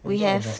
can talk about